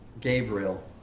Gabriel